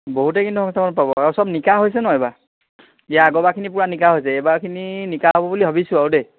বহুতে কিন্তু পাব আৰু চব নিকা হৈছে ন এইবাৰ এয়াৰ আগৰবাৰখিনি পূৰা নিকা হৈছে এইবাৰখিনি নিকা হ'ব বুলি ভাবিছোঁ আৰু দেই